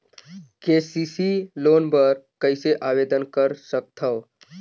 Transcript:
KCC loan बर कइसे आवेदन कर सकथव?